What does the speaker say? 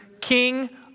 King